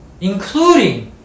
Including